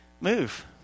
move